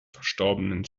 verstorbenen